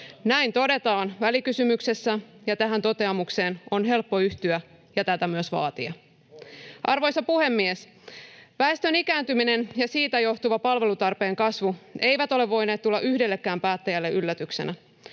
Näin todetaan välikysymyksessä, ja tähän toteamukseen on helppo yhtyä ja tätä myös vaatia. [Ben Zyskowicz: Oikein!] Arvoisa puhemies! Väestön ikääntyminen ja siitä johtuva palvelutarpeen kasvu eivät ole voineet tulla yhdellekään päättäjälle yllätyksenä.